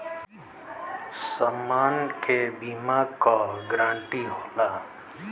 समान के बीमा क गारंटी होला